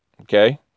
Okay